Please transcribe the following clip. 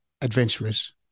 adventurous